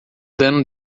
dano